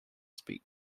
speak